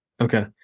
Okay